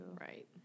Right